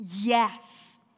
yes